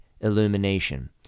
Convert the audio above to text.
illumination